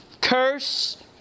curse